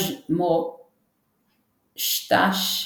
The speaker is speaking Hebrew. מזמושטש,